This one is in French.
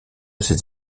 ses